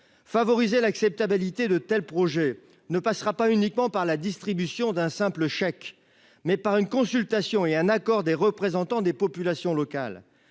favoriser l'acceptabilité de tels projets ne passera pas uniquement par la distribution d'un simple chèque mais par une consultation et un accord des représentants des populations locales,